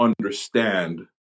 understand